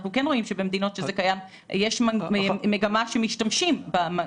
אנחנו כן רואים שבמדינות שבהן זה קיים יש מגמה של שימוש בהם.